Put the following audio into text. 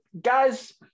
guys